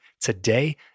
today